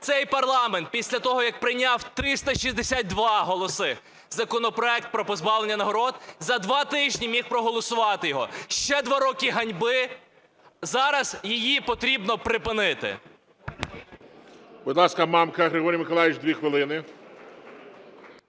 цей парламент, після того як прийняв 362 голоси законопроект про позбавлення нагород, за два тижні міг проголосувати його. Ще два роки ганьби. Зараз її потрібно припинити. ГОЛОВУЮЧИЙ. Будь ласка, Мамка Григорій Миколайович – 2 хвилини.